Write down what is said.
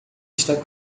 está